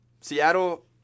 Seattle